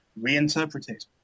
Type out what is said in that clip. reinterpreted